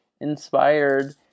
inspired